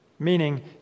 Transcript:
meaning